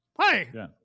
Hey